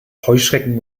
heuschrecken